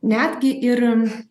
netgi ir